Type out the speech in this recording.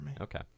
Okay